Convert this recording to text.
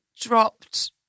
dropped